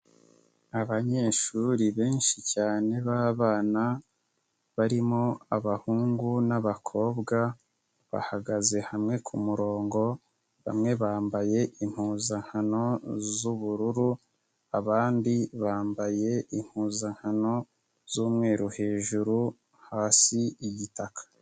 Abanyeshuri benshi cyane b'abana, barimo abahungu n'abakobwa, bahagaze hamwe ku murongo, bamwe bambaye impuzankano z'ubururu, abandi bambaye impuzankano z'umweru hejuru, hasi igitaka.